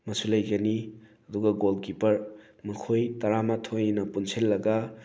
ꯃꯁꯨ ꯂꯩꯒꯅꯤ ꯑꯗꯨꯒ ꯒꯣꯜ ꯀꯤꯞꯄꯔ ꯃꯈꯣꯏ ꯇꯔꯥꯃꯥꯊꯣꯏꯅ ꯄꯨꯟꯁꯤꯜꯂꯒ